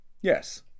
Yes